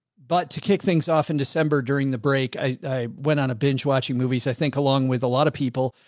but to kick things off in december during the break, i went on a binge watching movies. i think along with a lot of people,